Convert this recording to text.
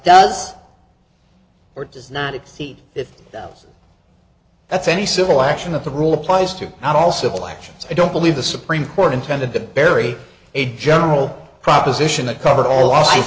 does or does not exceed if that's any civil action of the rule applies to out all civil actions i don't believe the supreme court intended to bury a general proposition that covered